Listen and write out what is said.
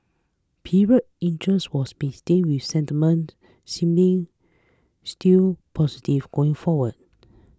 period interest was maintained with sentiment seemingly still positive going forward